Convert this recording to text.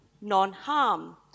non-harm